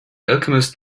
alchemist